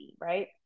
right